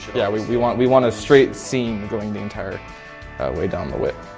yeah we we want we want a straight seam going the entire way down the whip.